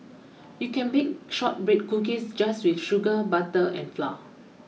you can bake shortbread cookies just with sugar butter and flour